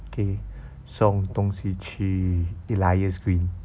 可以送东西去 elias green